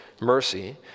mercy